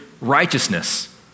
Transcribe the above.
righteousness